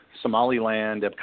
Somaliland